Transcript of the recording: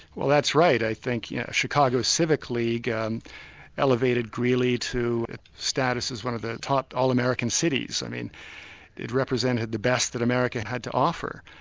well that's right. i think chicago civic league and elevated greeley to status as one of the top all-american cities. i mean it represented the best that america had to offer.